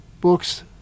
books